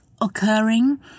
occurring